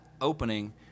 opening